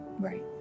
Right